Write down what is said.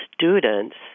students